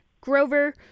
Grover